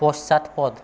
পশ্চাৎপদ